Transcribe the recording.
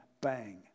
bang